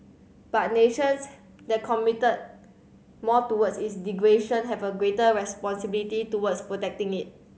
but nations that commit more towards its degradation have a greater responsibility towards protecting it